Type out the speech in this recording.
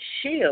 shield